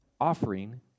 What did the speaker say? offering